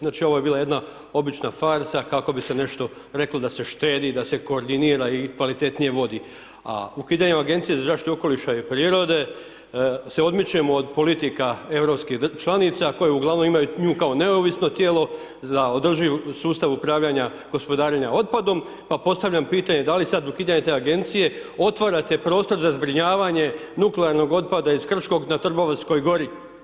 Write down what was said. Znači, ovo je bila jedna obična farsa kao bi se nešto reklo da se štedi, da se koordinira i kvalitetnije vodi, a ukidanjem Agencije za zaštitu okoliša i prirode se odmičemo od politika europskih članica koji uglavnom imaju nju kao neovisno tijelo za održiv sustav upravljanja gospodarenja otpadom, pa postavljam pitanje, da li sad ukidanje te agencije otvarate prostor za zbrinjavanje nuklearnog otpada iz Krškog na Trgovinskoj gori.